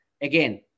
again